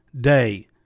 day